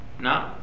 No